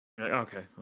Okay